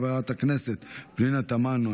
חברת הכנסת פנינה תמנו,